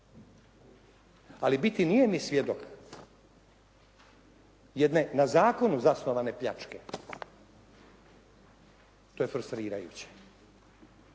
Ali biti nijemi svjedok jedne na zakonu zasnovane pljačke to je frustrirajuće